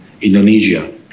Indonesia